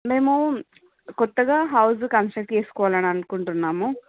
మేము కొత్తగా house construct చేసుకోవాలని అనుకుంటున్నాము